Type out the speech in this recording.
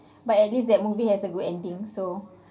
but at least that movie has a good ending so